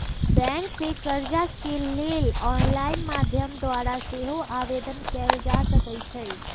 bank से कर्जा के लेल ऑनलाइन माध्यम द्वारा सेहो आवेदन कएल जा सकइ छइ